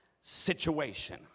situation